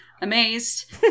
amazed